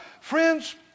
Friends